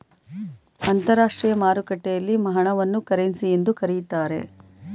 ಅಂತರಾಷ್ಟ್ರೀಯ ಮಾರುಕಟ್ಟೆಯಲ್ಲಿ ಹಣವನ್ನು ಕರೆನ್ಸಿ ಎಂದು ಕರೀತಾರೆ